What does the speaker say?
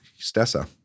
Stessa